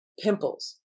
pimples